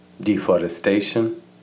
deforestation